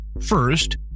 First